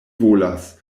volas